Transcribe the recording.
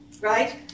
Right